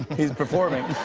he's performing.